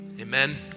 amen